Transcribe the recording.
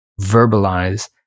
verbalize